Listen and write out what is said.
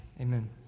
amen